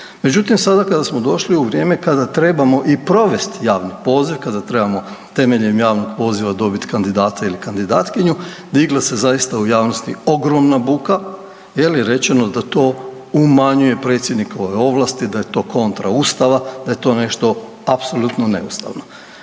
Međutim, sada kada smo došli u vrijeme kada trebamo i provesti javni poziv, kada trebamo temeljem javnog poziva dobiti kandidata ili kandidatkinju, digla se zaista u javnosti ogromna buka jer je rečeno da to umanjuje predsjednikove ovlasti, da je to kontra Ustava, da je to nešto apsolutno neustavno.